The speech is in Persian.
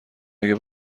اگه